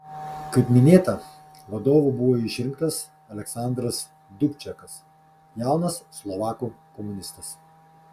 kaip minėta vadovu buvo išrinktas aleksandras dubčekas jaunas slovakų komunistas